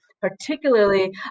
particularly